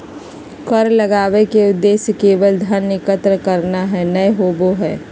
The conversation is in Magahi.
कर लगावय के उद्देश्य केवल धन एकत्र करना ही नय होबो हइ